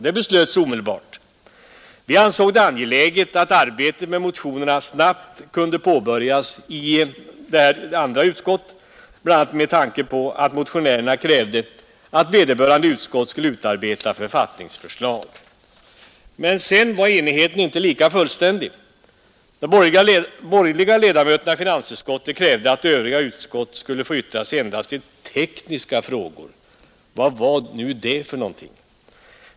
Det beslöts omedelbart. Vi ansäg det angeläget att arbetet med motionerna snabbt kunde påbörjas i de andra utskotten, bl.a. med tanke på att motionärerna krävde att vederbörande utskott skulle utarbeta författningsförslag. Men sedan var enigheten inte lika fullständig. De borgerliga ledamöterna i finansutskottet krävde att övriga utskott skulle få yttra sig endast i ”tekniska frågor”. Vad var nu det för någonting?